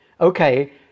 Okay